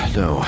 no